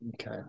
Okay